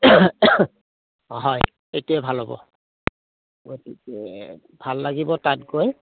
হয় এইটোৱে ভাল হ'ব গতিকে ভাল লাগিব তাত গৈ